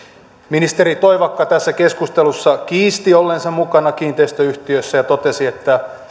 ministeri toivakka tässä keskustelussa kiisti olleensa mukana kiinteistöyhtiössä ja totesi että hän ei ole ollut minkäänlaisissa järjestelyissä mukana nyt